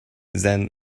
then